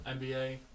NBA